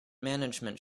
management